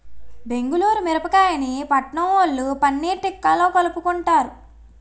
బెంగుళూరు మిరపకాయని పట్నంవొళ్ళు పన్నీర్ తిక్కాలో కలుపుకుంటారు